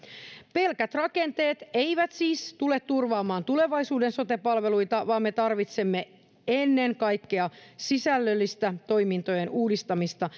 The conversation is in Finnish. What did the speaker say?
pelkät rakenteet eivät siis tule turvaamaan tulevaisuuden sote palveluita vaan me tarvitsemme ennen kaikkea sisällöllistä toimintojen uudistamista